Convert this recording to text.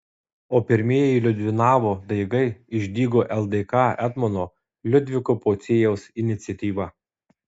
o pirmieji liudvinavo daigai išdygo ldk etmono liudviko pociejaus iniciatyva